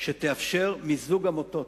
שתאפשר מיזוג עמותות